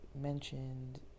mentioned